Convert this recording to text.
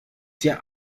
dir